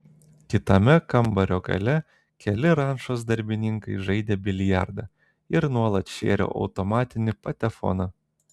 kitame kambario gale keli rančos darbininkai žaidė biliardą ir nuolat šėrė automatinį patefoną